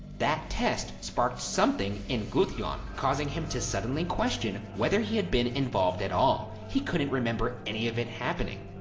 that test sparked something in gudjon, causing him to suddenly question whether he had been involved at all. he couldn't remember any of it happening.